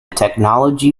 technology